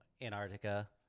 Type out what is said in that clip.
antarctica